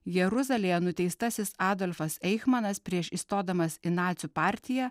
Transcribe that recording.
jeruzalėje nuteistasis adolfas eichmanas prieš įstodamas į nacių partiją